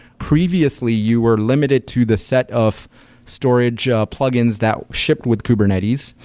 previously you were limited to the set of storage plug-ins that shipped with kubernetes.